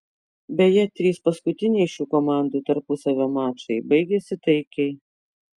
beje trys paskutiniai šių komandų tarpusavio mačai baigėsi taikiai